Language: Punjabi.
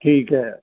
ਠੀਕ ਹੈ